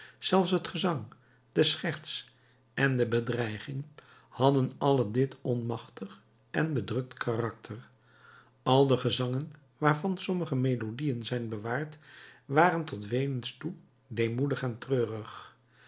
zelfs het gezang de scherts en de bedreiging hadden alle dit onmachtig en bedrukt karakter al de gezangen waarvan sommige melodieën zijn bewaard waren tot weenens toe deemoedig en treurig